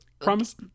promise